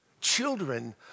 Children